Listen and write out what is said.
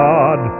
God